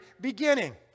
beginning